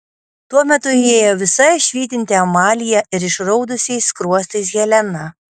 tuo metu įėjo visa švytinti amalija ir išraudusiais skruostais helena